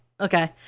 okay